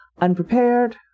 unprepared